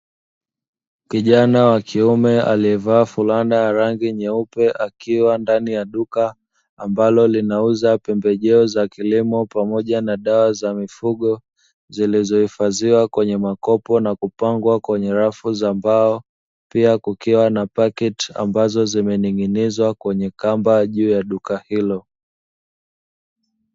Kijana wa kiume aliyevaa fulana ya rangi nyeupe akiwa ndani ya duka ambalo linauza pembejeo za kilimo pamoja na dawa za mifugo zilizohifadhiwa kwenye makopo na kupangwa kwenye rafu za mbao pia kukiwa na paketi ambazo zimening'inizwa kwenye kamba juu ya duka hilo.